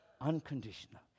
Unconditional